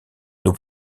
nous